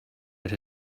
that